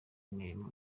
imirimo